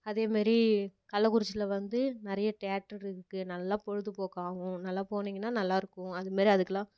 அதேமாரி கள்ளக்குறிச்சியில் வந்து நிறைய டியேட்டர் இருக்குது நல்லா பொழுதுப்போக்கு ஆகும் நல்லா போனீங்கன்னால் நல்லாயிருக்கும் அதுமாரி அதுக்கெலாம்